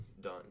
done